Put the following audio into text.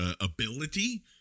ability